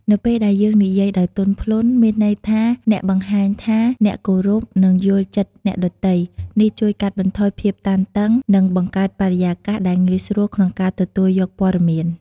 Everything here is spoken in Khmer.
នៅពេលដែលយើងនិយាយដោយទន់ភ្លន់ មានន័យថាអ្នកបង្ហាញថាអ្នកគោរព និងយល់ចិត្តអ្នកដទៃ នេះជួយកាត់បន្ថយភាពតានតឹង និងបង្កើតបរិយាកាសដែលងាយស្រួលក្នុងការទទួលយកព័ត៌មាន។